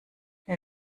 wer